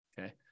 Okay